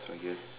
okay